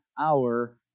hour